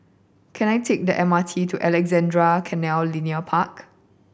can I take the M R T to Alexandra Canal Linear Park